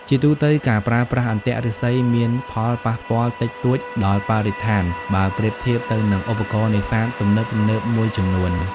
ជាទូទៅ ការប្រើប្រាស់អន្ទាក់ឫស្សីមានផលប៉ះពាល់តិចតួចដល់បរិស្ថានបើប្រៀបធៀបទៅនឹងឧបករណ៍នេសាទទំនើបៗមួយចំនួន។